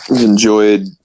Enjoyed